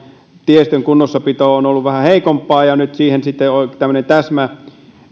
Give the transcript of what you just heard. tiestön kunnossapito on ollut vähän heikompaa ja nyt siihen sitten tämmöinen täsmäisku